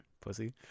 pussy